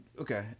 Okay